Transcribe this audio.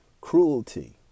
cruelty